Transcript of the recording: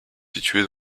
située